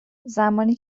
زمانی